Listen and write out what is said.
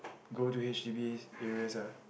go to H_D_B areas ah